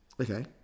Okay